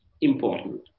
important